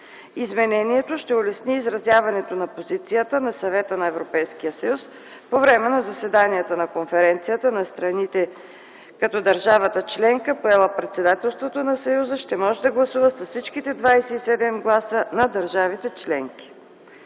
изменение ще улесни изразяването на позицията на Съвета на Европейския съюз по време на заседанията на Конференцията на страните по CITES, като държавата членка, поела председателството на Европейския съюз, ще може да гласува с всичките 27 гласа на държавите членки.